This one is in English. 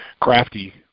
crafty